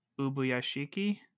Ubuyashiki